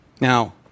Now